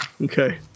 Okay